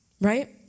right